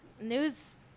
News